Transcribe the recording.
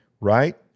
Right